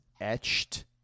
etched